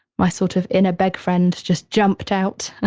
my sort of inner beg friend just jumped out. ah